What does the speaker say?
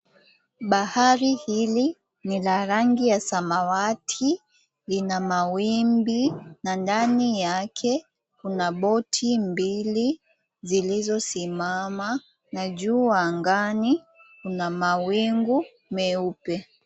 Bahari hili lina rangi ya samawati, lina mawimbi na ndani yake kuna boti mbili zilizosimama na juu angani kuna mawingu meupe.